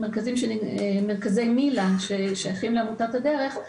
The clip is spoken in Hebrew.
מרכזי מיל”ה ששייכים לעמותת הדרך,